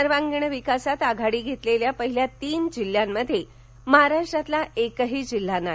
सर्वांगिण विकासात आघाडी घेतलेल्या पहिल्या तीन जिल्ह्यात महाराष्ट्रातला एकही जिल्हा नाही